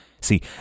See